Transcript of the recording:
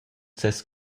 ses